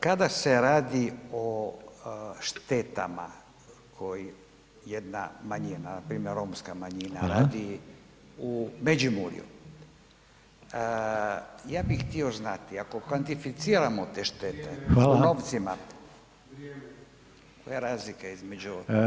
Kada se radi o štetama koji jedna manjina npr. Romska manjina [[Upadica: Hvala.]] radi u Međimurju, ja bih htio znati ako kvantificiramo te štete u novcima koja je razlika između